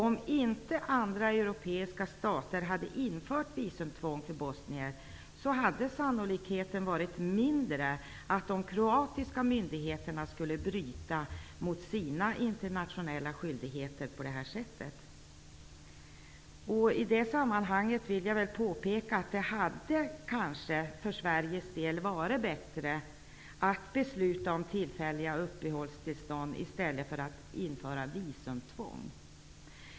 Om andra europeiska stater inte hade infört visumtvång för bosnier, hade sannolikheten att de kroatiska myndigheterna skulle bryta mot sina internationella skyldigheter på det här sättet varit mindre. I det sammanhanget vill jag påpeka att det för Sveriges del kanske hade varit bättre att besluta om tillfälliga uppehållstillstånd i stället för att införa visumtvång.